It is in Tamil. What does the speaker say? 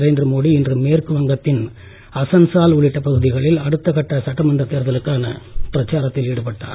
நரேந்திர மோடி இன்று மேற்கு வங்கத்தின் அசன்சால் உள்ளிட்ட பகுதிகளில் அடுத்த கட்ட சட்டமன்ற தேர்தலுக்கான பிரச்சாரத்தில் ஈடுபட்டார்